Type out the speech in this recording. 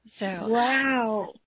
Wow